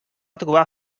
trobar